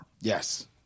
yes